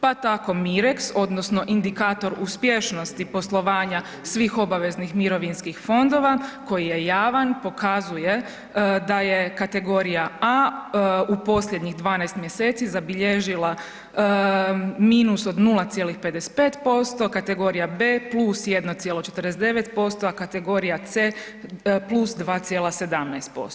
Pa tako MIREKS odnosno indikator uspješnosti poslovanja svih obaveznih mirovinskih fondova koji je javan pokazuje da je kategorija A u posljednjih 12 mjeseci zabilježila minus od 0,55%, kategorija B +1,49%, a kategorija C +2,17%